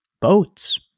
boats